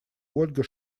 ольга